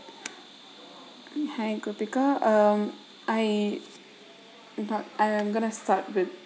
gupika um I but I'm going to start with